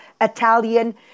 Italian